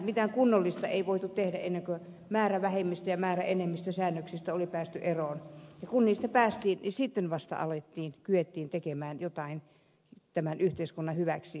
mitään kunnollista ei voitu tehdä ennen kuin määrävähemmistö ja määräenemmistösäännöksistä oli päästy eroon ja kun niistä päästiin niin sitten vasta kyettiin tekemään jotain tämän yhteiskunnan hyväksi